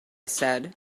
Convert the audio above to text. said